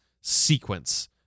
sequence